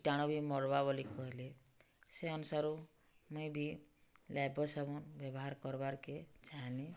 କୀଟାଣୁ ବି ମର୍ବା ବଲି କହେଲେ ସେ ଅନୁସାରୁ ମୁଇଁ ବି ଲାଇଫ୍ବଏ ସାବୁନ୍ ବ୍ୟବହାର କର୍ବାର୍କେ ଚାହେନି